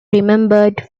remembered